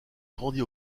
grandit